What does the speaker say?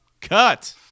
Cut